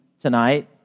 tonight